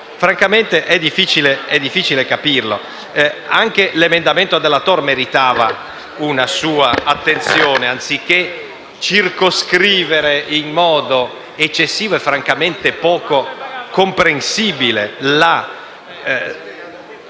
Francamente è difficile capirlo. Anche l’emendamento 41.2 meritava una sua attenzione. Anziché circoscrivere in modo eccessivo e, francamente, poco comprensibile l’appli